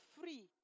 free